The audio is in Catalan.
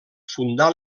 fundà